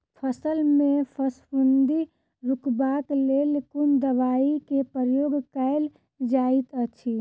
फसल मे फफूंदी रुकबाक लेल कुन दवाई केँ प्रयोग कैल जाइत अछि?